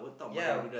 ya